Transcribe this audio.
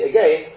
Again